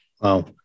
Wow